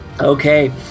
Okay